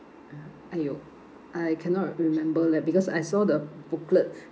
(uh huh) !aiyo! I cannot remember leh because I saw the booklet